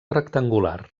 rectangular